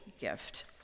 gift